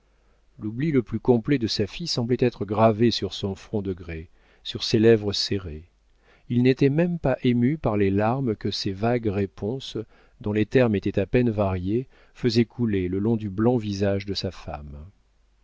l'oubli le plus complet de sa fille semblait être gravé sur son front de grès sur ses lèvres serrées il n'était même pas ému par les larmes que ses vagues réponses dont les termes étaient à peine variés faisaient couler le long du blanc visage de sa femme